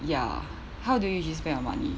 ya how do you usually spend your money